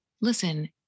listen